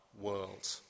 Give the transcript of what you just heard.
world